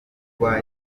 kuba